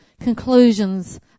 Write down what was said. conclusions